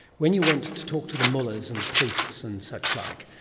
when you went to talk to the mullahs and the priests and such like,